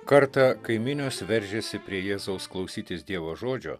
kartą kai minios veržėsi prie jėzaus klausytis dievo žodžio